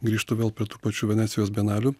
grįžtu vėl prie tų pačių venecijos bienalių